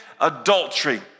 adultery